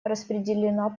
распределена